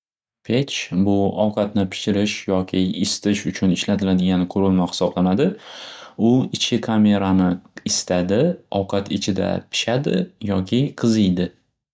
Pech bu ovqatni pishirish yoki isitish uchun ishlatiladigan qurilma xisoblanadi. U ichki qamerani isitadi ovqat ichida pishadi yoki qiziydi.